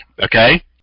Okay